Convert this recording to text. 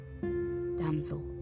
Damsel